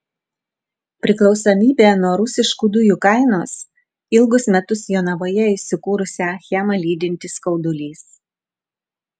priklausomybė nuo rusiškų dujų kainos ilgus metus jonavoje įsikūrusią achemą lydintis skaudulys